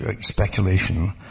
speculation